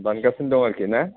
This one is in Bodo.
दानगासिनो दं आरोखि ना